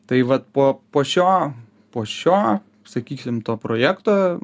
tai vat po po šio po šio sakysim to projekto